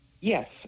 Yes